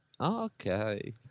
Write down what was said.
okay